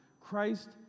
Christ